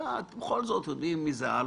בכל זאת יודעים מי זה אלוביץ',